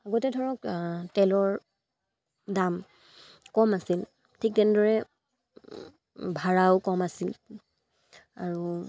আগতে ধৰক তেলৰ দাম কম আছিল ঠিক তেনেদৰে ভাড়াও কম আছিল আৰু